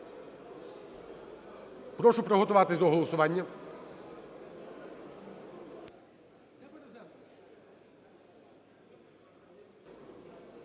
Прошу приготуватись до голосування.